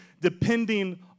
depending